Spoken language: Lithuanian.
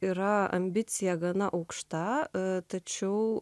yra ambicija gana aukšta tačiau